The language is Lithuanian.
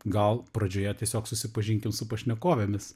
gal pradžioje tiesiog susipažinkim su pašnekovėmis